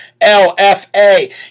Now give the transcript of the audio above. L-F-A